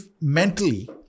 mentally